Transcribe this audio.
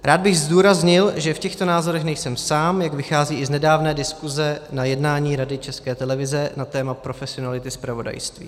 Rád bych zdůraznil, že v těchto názorech nejsem sám, jak vychází i z nedávné diskuze na jednání Rady České televize na téma profesionality zpravodajství.